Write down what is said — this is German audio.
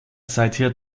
seither